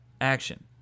action